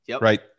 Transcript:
right